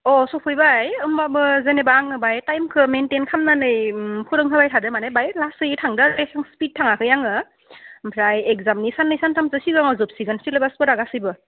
अ सफैबाय होम्बाबो जेनेबा आंनो बाहाय टाइमखौ मैन्टेन खालामनानै फोरोंहोबाय थादो माने बाहाय लासै थांदो आरो एसेबां स्पिड थाङाखै आङो ओमफ्राय एक्जामनि साननै सानथामसो सिगाङाव जोबसिगोन सिलेबासफोरा गासैबो